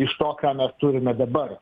iš to ką mes turime dabar